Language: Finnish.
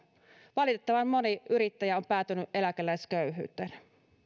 valitettavan moni yrittäjä on päätynyt eläkeläisköyhyyteen